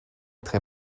très